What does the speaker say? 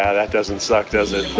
ah that doesn't suck, does it?